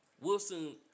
Wilson